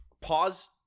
pause